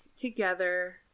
together